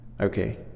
okay